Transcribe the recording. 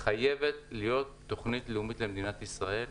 חייבת להיות תוכנית לאומית למדינת ישראל,